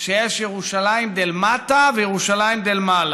שיש ירושלים דלמטה וירושלים דלמעלה.